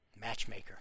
Matchmaker